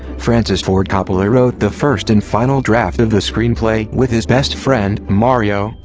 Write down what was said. francis ford coppola wrote the first and final draft of the screenplay with his best friend, mario,